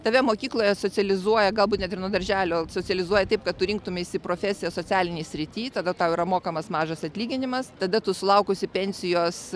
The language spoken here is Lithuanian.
tave mokykloje socializuoja galbūt net ir nuo darželio socializuoja taip kad tu rinktumeisi profesiją socialinėj srity tada tau yra mokamas mažas atlyginimas tada tu sulaukusi pensijos